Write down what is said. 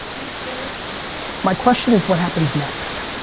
it's their sensibilities. my question is, what happens next?